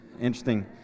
interesting